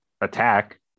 attack